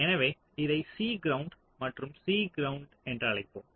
எனவே இதை C ground மற்றும் C கிரவுண்ட் என்று அழைப்போம்